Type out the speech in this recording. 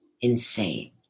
insane